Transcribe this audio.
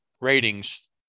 ratings